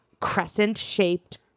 crescent-shaped